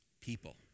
people